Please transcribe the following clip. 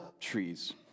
trees